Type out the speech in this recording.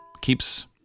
keeps